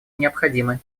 необходимы